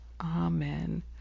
Amen